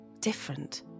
different